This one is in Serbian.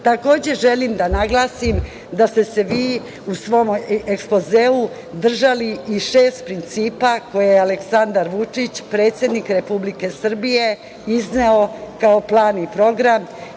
želim da naglasim da ste se vi u svom ekspozeu držali i šest principa koje je Aleksandar Vučić, predsednik Republike Srbije, izneo kao plan i program,